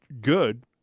good